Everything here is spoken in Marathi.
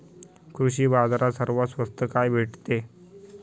कृषी बाजारात सर्वात स्वस्त काय भेटते?